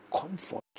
comfort